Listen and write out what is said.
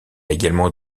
également